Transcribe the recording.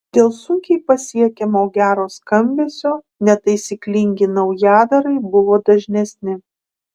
dėl sunkiai pasiekiamo gero skambesio netaisyklingi naujadarai buvo dažnesni